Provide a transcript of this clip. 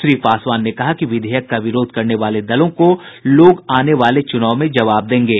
श्री पासवान ने कहा कि विधेयक का विरोध करने वाले दलों को लोग आने वाले चुनाव में जवाब देंगे